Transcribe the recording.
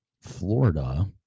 Florida